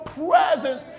presence